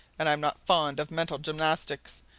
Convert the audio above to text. and i'm not fond of mental gymnastics.